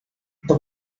the